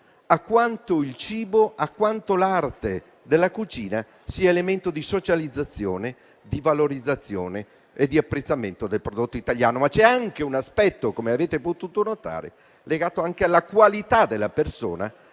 a quanto il cibo, a quanto l'arte della cucina siano elementi di socializzazione, valorizzazione e apprezzamento del prodotto italiano. Vi è, però, anche un aspetto, come avete potuto notare, legato alla qualità della persona